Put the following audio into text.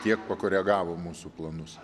tiek pakoregavo mūsų planus